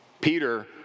Peter